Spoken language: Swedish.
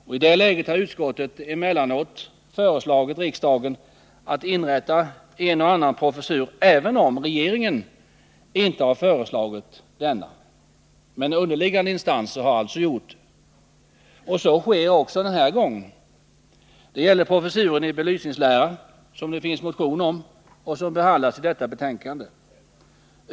Emellanåt har dock utskottet föreslagit riksdagen att inrätta en och annan professur, även om regeringen inte har föreslagit det. Så sker också denna gång. Det gäller professuren i belysningslära, varom det finns en motion som behandlas i detta betänkande.